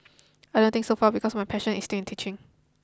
I didn't think so far because my passion is still in teaching